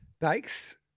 Thanks